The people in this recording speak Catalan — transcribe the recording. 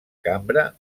cambra